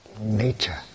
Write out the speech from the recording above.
nature